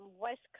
west